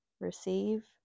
receive